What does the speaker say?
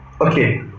okay